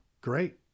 Great